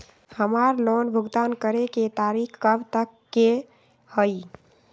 हमार लोन भुगतान करे के तारीख कब तक के हई?